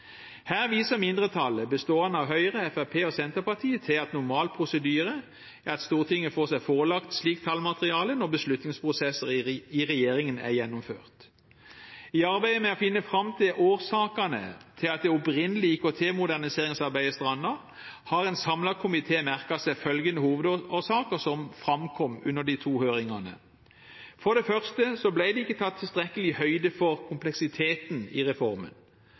Her viser mindretallet, bestående av Høyre, Fremskrittspartiet og Senterpartiet, til at normal prosedyre er at Stortinget får seg forelagt slikt tallmateriale når beslutningsprosesser i regjeringen er gjennomført. I arbeidet med å finne fram til årsakene til at det opprinnelige IKT-moderniseringsarbeidet strandet, har en samlet komité merket seg følgende hovedårsaker som framkom under de to høringene: For det første ble det ikke tatt tilstrekkelig høyde for kompleksiteten i reformen.